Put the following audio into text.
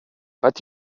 but